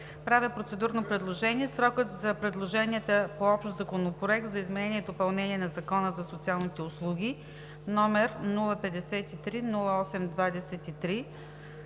правя процедурно предложение срокът за предложенията по Общ законопроект за изменение и допълнение на Закона за социалните услуги, № 053-08-23